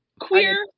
queer